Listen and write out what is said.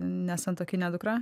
nesantuokinė dukra